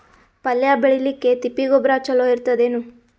ಪಲ್ಯ ಬೇಳಿಲಿಕ್ಕೆ ತಿಪ್ಪಿ ಗೊಬ್ಬರ ಚಲೋ ಇರತದೇನು?